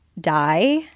die